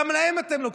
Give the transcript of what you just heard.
גם מהם אתם לוקחים,